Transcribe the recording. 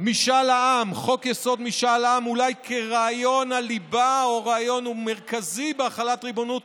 משאל העם אולי כרעיון הליבה או רעיון מרכזי בהחלת ריבונות,